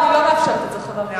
אני לא מאפשרת את זה, חבר הכנסת.